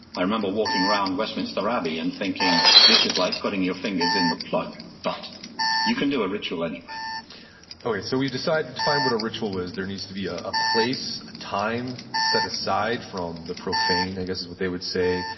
i remember walking around westminster abbey, and thinking, this is like putting your fingers in the plug. but you can do a ritual anywhere okay, so we've decided to define what a ritual is, there needs to be a a place, a time set aside from the profane, i guess is what they would say.